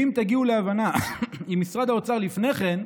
ואם תגיעו להבנה עם משרד האוצר לפני כן,